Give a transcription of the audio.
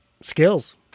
skills